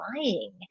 lying